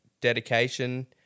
dedication